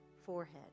forehead